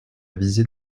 viser